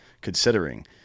considering